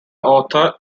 author